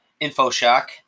InfoShock